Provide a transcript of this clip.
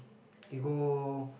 you go